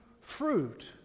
fruit